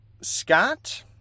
Scott